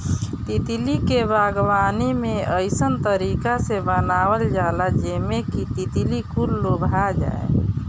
तितली के बागवानी के अइसन तरीका से बनावल जाला जेमें कि तितली कुल लोभा जाये